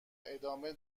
ادامه